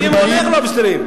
מייבאים ועוד איך לובסטרים.